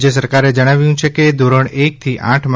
રાજ્ય સરકારે જણાવ્યું છે કે ધોરણ એક થી આઠમાં